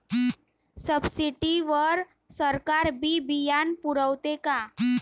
Subsidy वर सरकार बी बियानं पुरवते का?